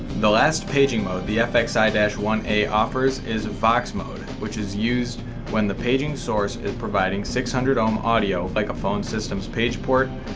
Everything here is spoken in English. the last paging mode the fxi one a offers is vox mode which is used when the paging source is providing six hundred ohm audio like a phone systems page port,